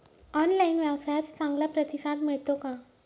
Online व्यवसायात चांगला प्रतिसाद मिळतो का?